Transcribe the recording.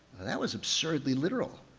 that was absurdly literal.